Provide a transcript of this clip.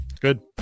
good